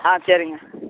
சரிங்க